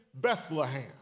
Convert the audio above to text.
Bethlehem